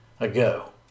Ago